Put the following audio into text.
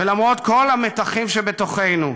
ולמרות כל המתחים שבתוכנו,